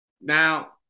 Now